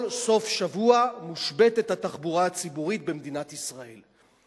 כל סוף-שבוע מושבתת התחבורה הציבורית במדינת ישראל.